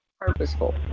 purposeful